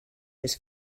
his